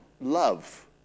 love